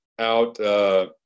out